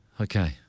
Okay